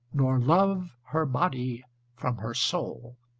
nor love her body from her soul.